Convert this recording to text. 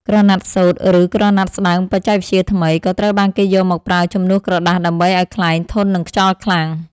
ក្រណាត់សូត្រ ឬក្រណាត់ស្ដើងបច្ចេកវិទ្យាថ្មី ក៏ត្រូវបានគេយកមកប្រើជំនួសក្រដាសដើម្បីឱ្យខ្លែងធន់នឹងខ្យល់ខ្លាំង។